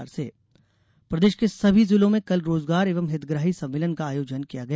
हितग्राही सम्मेलन प्रदेश के सभी जिलों में कल रोजगार एवं हितग्राही सम्मेलन का आयोजन किया गया